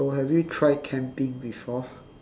so have you tried camping before